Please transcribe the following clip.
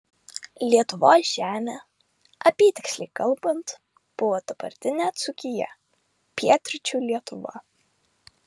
lietuvos žemė apytiksliai kalbant buvo dabartinė dzūkija pietryčių lietuva